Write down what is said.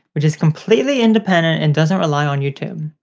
which is completely independent and doesn't rely on youtube.